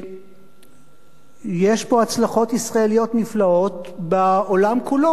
יש פה הצלחות ישראליות נפלאות בעולם כולו,